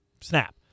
snap